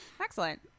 Excellent